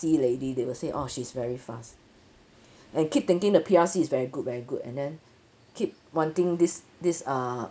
~ C lady they will say oh she's very fast and keep thinking the P_R_C is very good very good and then keep wanting this this err